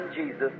Jesus